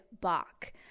Bach